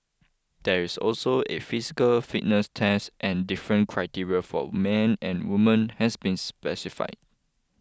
there is also a physical fitness test and different criteria for men and women has been specified